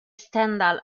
stendhal